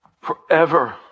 Forever